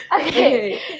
okay